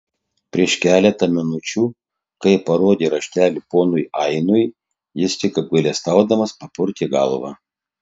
prieš keletą minučių kai parodė raštelį ponui ainui jis tik apgailestaudamas papurtė galvą